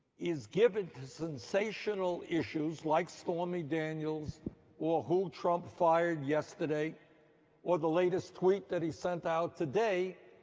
is given to sensational issues like stormy daniels or who trump fireed yesterday or the latest tweet that he sent out today.